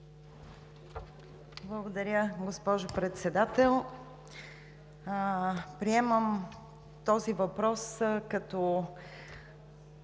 Благодаря, госпожо Председател. Приемам този въпрос като